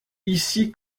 ici